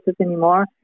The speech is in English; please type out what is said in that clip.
anymore